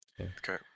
okay